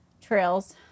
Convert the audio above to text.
trails